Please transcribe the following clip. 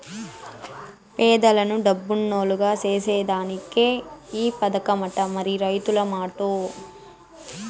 పేదలను డబ్బునోల్లుగ సేసేదానికే ఈ పదకమట, మరి రైతుల మాటో